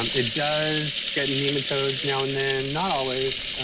um it does get nematodes now now not always.